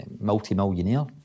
multi-millionaire